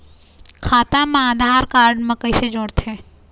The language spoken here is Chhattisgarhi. खाता मा आधार कारड मा कैसे जोड़थे?